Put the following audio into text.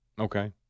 Okay